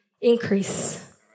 increase